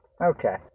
Okay